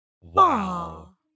Wow